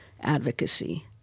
advocacy